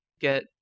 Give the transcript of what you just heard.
get